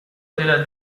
della